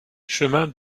chemin